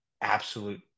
absolute